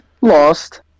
Lost